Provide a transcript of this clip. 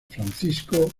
francisco